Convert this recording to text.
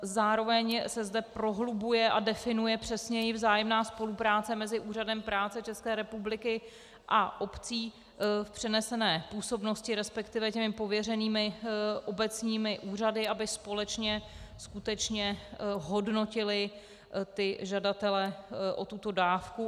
Zároveň se zde prohlubuje a definuje přesněji vzájemná spolupráce mezi Úřadem práce České republiky a obcí v přenesené působnosti, respektive těmi pověřenými obecními úřady, aby společně skutečně hodnotily žadatele o tuto dávku.